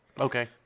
Okay